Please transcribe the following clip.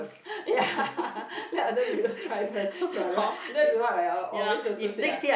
ya let other people try first you're right that is what I al~ always also say ah